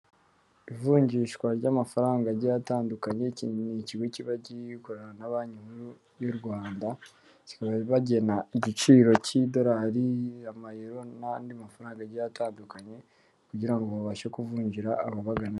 Ivunjishwa ry'amafaranga agiye atandukanye, iki ni ikigo kiba gikorana na banki nkuru y'u Rwanda, kikaba bagena igiciro cy'idorari, amayero, n'andi mafaranga agiye atandukanye, kugira ngo babashe kuvunjira ababagana.